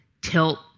tilt